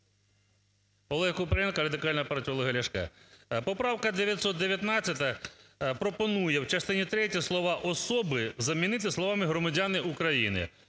Олег Купрієнко, Радикальна партія Олега Ляшка. Поправка 919 пропонує в частині третій слова "особи" замінити словами "громадяни України".